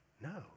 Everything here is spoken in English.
No